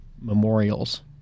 memorials